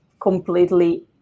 completely